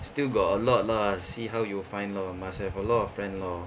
still got a lot lah see how you'll find lor must have a lot of friend lor